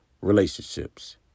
relationships